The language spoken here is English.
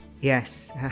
Yes